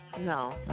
No